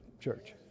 church